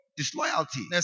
disloyalty